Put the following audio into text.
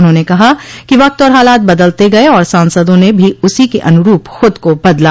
उन्होंने कहा कि वक्त और हालात बदलते गये और सांसदों ने भी उसी के अनुरूप खुद को बदला